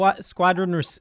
Squadron